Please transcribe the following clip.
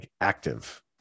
active